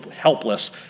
helpless